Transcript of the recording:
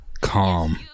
Calm